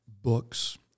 books